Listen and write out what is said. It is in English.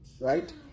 right